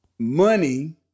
money